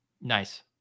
Nice